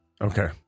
Okay